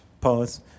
Pause